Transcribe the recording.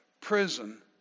prison